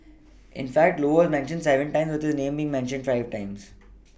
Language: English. in fact low was mentioned seven times with the name mean mentioned five times